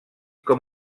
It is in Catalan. com